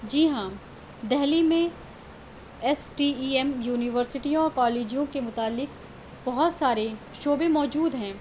جی ہاں دہلی میں S T E M یونیورسٹیوں اور کالجوں کے متعلق بہت سارے شعبے موجود ہیں